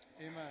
Amen